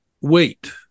wait